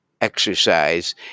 exercise